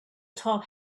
top